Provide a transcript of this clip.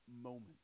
moment